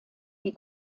die